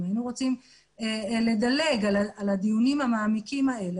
אם היינו רוצים לדלג על הדיונים המעמיקים האלה,